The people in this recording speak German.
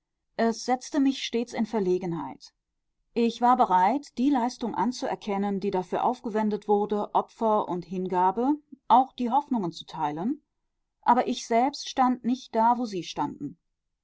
es setzte mich stets in verlegenheit ich war bereit die leistung anzuerkennen die dafür aufgewendet wurde opfer und hingabe auch die hoffnungen zu teilen aber ich selbst stand nicht da wo sie standen